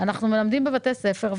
אנחנו מלמדים בבתי הספר,